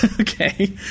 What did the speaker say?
Okay